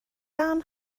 barn